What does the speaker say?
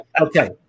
okay